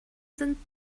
sind